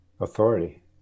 Authority